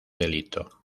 delito